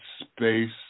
space